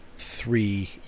three